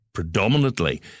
Predominantly